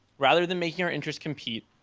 rather than making our interest compete,